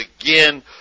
again